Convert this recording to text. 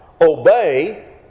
Obey